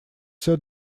все